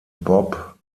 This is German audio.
bob